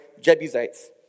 Jebusites